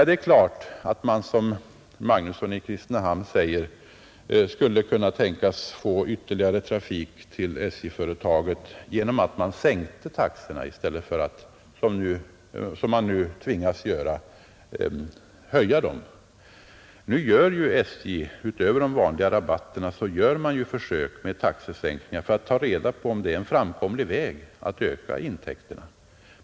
Det är klart att man, som herr Magnusson i Kristinehamn säger, skulle kunna tänkas få ytterligare trafikanter till SJ genom att sänka taxorna i stället för att, som man nu tvingas göra, höja dem. Förutom att SJ lämnar vanliga rabatter gör företaget försök med taxesänkningar för att ta reda på om det är en framkomlig väg när det gäller att öka intäkterna.